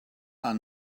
are